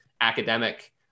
academic